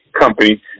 company